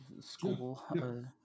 school